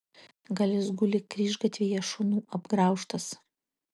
gal jis guli kryžgatvyje šunų apgraužtas